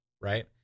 right